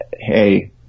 hey